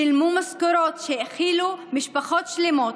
ושילמו משכורות שהאכילו משפחות שלמות.